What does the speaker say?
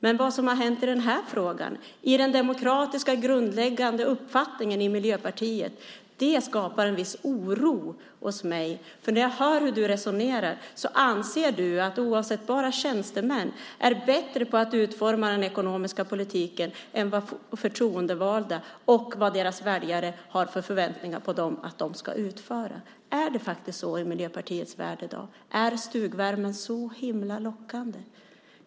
Men vad som har hänt i denna fråga, i den demokratiska, grundläggande uppfattningen i Miljöpartiet, skapar en viss oro hos mig. När jag hör hur du resonerar förstår jag att du anser att oavsättbara tjänstemän är bättre på att utforma den ekonomiska politiken än vad förtroendevalda är och vad deras väljare har för förväntningar på dem att de ska utföra. Är det så i Miljöpartiets värld i dag? Är stugvärmen så himla lockande?